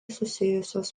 susijusios